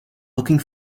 looking